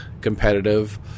competitive